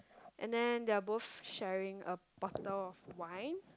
and then they are both sharing a bottle of wine